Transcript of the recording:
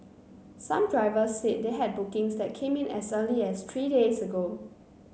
some drivers said they had bookings that came in as early as three days ago